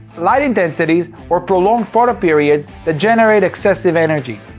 light intensities, or prolonged photoperiods that generate excessive energy.